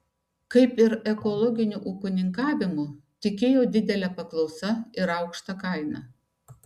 kaip ir ekologiniu ūkininkavimu tikėjo didele paklausa ir aukšta kaina